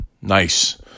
Nice